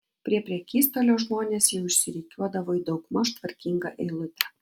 prie prekystalio žmonės jau išsirikiuodavo į daugmaž tvarkingą eilutę